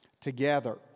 together